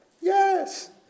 Yes